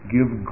Give